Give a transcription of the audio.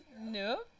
No